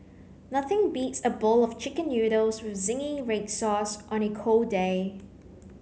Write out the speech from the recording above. nothing beats a bowl of chicken noodles with zingy red sauce on a cold day